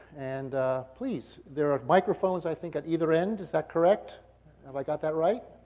and please, there are microphones, i think, at either end. is that correct? have i got that right?